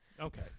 Okay